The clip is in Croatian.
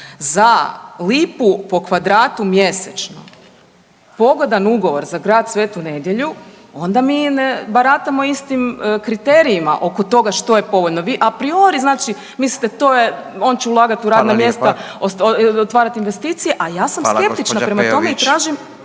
za lipu po kvadratu mjesečno pogodan ugovor za grad Svetu Nedelju, onda mi ne baratamo istim kriterijima oko toga što je povoljno. Vi a priori znači mislite to je, on će ulagati u radna mjesta, .../Upadica: Hvala lijepa./... otvarati